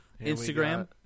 Instagram